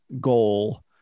goal